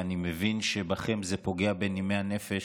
ואני מבין שבכם זה פוגע בנימי הנפש,